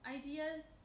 ideas